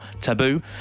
Taboo